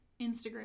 Instagram